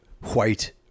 white